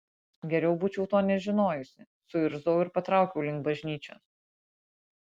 geriau būčiau to nežinojusi suirzau ir patraukiau link bažnyčios